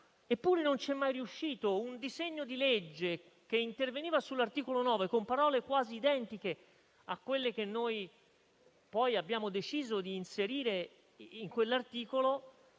Eppure non ci è mai riuscito. Un disegno di legge che interveniva sull'articolo 9 con parole quasi identiche a quelle che noi abbiamo deciso di inserire in quell'articolo